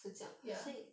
ya